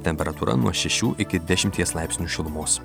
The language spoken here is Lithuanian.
temperatūra nuo šešių iki dešimties laipsnių šilumos